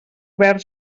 obert